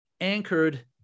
anchored